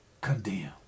condemn